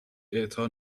اعطا